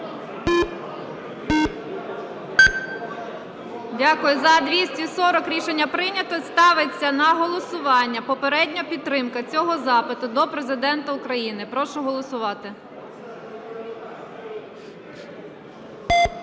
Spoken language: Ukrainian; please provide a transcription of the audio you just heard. Дякую. За - 240. Рішення прийнято. Ставиться на голосування попередня підтримка цього запиту до Президента України. Прошу голосувати.